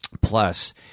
Plus